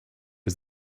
was